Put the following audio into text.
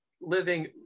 living